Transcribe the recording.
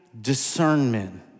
discernment